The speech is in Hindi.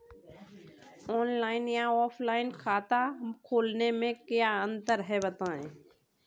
ऑनलाइन या ऑफलाइन खाता खोलने में क्या अंतर है बताएँ?